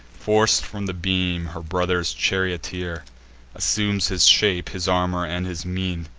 forc'd from the beam her brother's charioteer assumes his shape, his armor, and his mien,